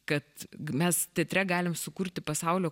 kad mes teatre galim sukurti pasaulio